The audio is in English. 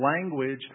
language